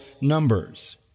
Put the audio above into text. numbers